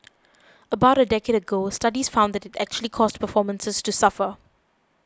about a decade ago studies found that it actually caused performances to suffer